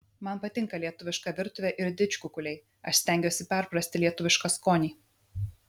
man patinka lietuviška virtuvė ir didžkukuliai aš stengiuosi perprasti lietuvišką skonį